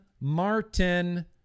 Martin